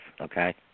okay